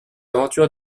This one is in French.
aventure